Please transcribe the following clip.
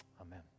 Amen